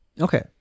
Okay